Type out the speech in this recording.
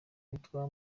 witwa